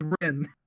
grin